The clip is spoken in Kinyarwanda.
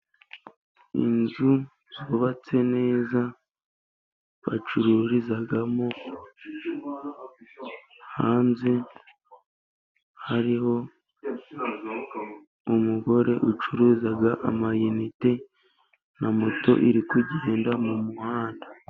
Inzu zubatse neza bacururizamo hanze hariho umugore ucuruza amayinite, na moto iri kugenda mu muhanda.